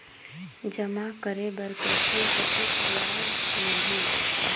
जमा करे बर कइसे कतेक ब्याज मिलही?